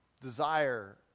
desire